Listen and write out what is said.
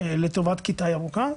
לטובת כיתה ירוקה,